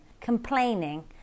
complaining